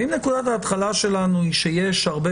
ואם נקודת ההתחלה שלנו היא שיש הרבה